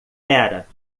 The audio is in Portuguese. era